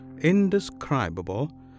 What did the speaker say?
indescribable